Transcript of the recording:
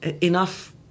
enough